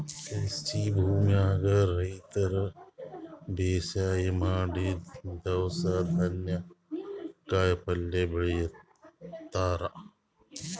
ಕೃಷಿ ಭೂಮಿದಾಗ್ ರೈತರ್ ಬೇಸಾಯ್ ಮಾಡಿ ದವ್ಸ್ ಧಾನ್ಯ ಕಾಯಿಪಲ್ಯ ಬೆಳಿತಾರ್